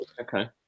Okay